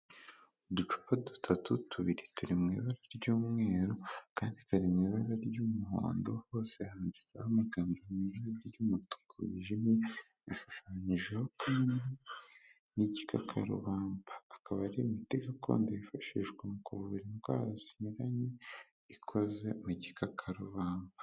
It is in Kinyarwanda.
Uducupa dutatu, tubiri turi mu ibara ry'umweru, akandi kari mu ibara ry'umuhondo, hose handitseho amagambo mu ibara ry'umutuku wijimye, yashushanyijeho n'igikakarubamba akaba ari imiti gakondo yifashishwa mu kuvura indwara zinyuranye, ikoze mu gikakarubamba.